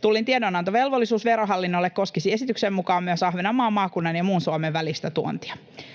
Tullin tiedonantovelvollisuus Verohallinnolle koskisi esityksen mukaan myös Ahvenanmaan maakunnan ja muun Suomen välistä tuontia.